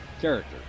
character